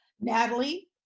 Natalie